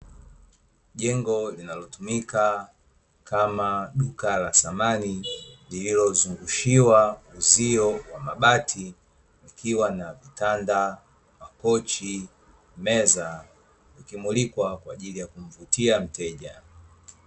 Jengo linalotumika kama duka la samani lililo zungushiwa uzio wa mabati likiwa na vitanda, makochi, meza vikimulikwa kwaajili ya kumvutia mteja.